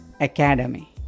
Academy